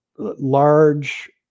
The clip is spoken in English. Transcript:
large